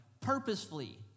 purposefully